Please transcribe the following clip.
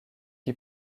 qui